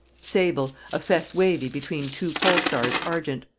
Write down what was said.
sable, a fess wavy between two pole stars argent,